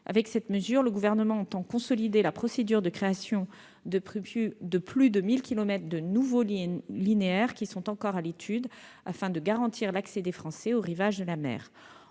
Avec cette mesure, le Gouvernement entend consolider la procédure de création de plus de 1 000 kilomètres linéaires de sentiers, qui sont encore à l'étude, afin de garantir l'accès des Français au rivage de la mer.